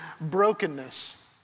brokenness